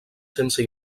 sense